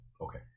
Okay